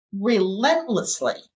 relentlessly